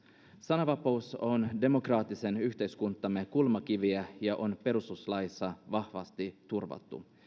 sananvapaus on demokraattisen yhteiskuntamme kulmakiviä ja on perustuslaissa vahvasti turvattu